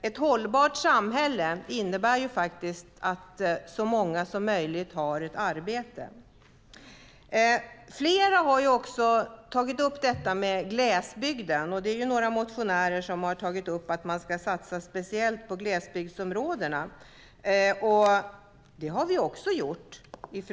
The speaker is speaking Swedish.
Ett hållbart samhälle innebär att så många som möjligt har ett arbete. Flera har tagit upp frågan om glesbygden. Några motionärer har sagt att man ska satsa speciellt på glesbygdsområdena. Det har alliansregeringen också gjort.